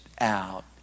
out